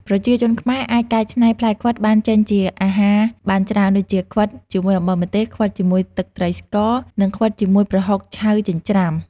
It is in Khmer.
ប្រជាជនខ្មែរអាចកែច្នៃផ្លែខ្វិតបានចេញជាអាហារបានច្រើន ដូចជា ខ្វិតជាមួយអំបិលម្ទេស ខ្វិតជាមួយទឹកត្រីស្ករ និងខ្វិតជាមួយប្រហុកឆៅចិញ្ច្រាំ ។